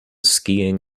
skiing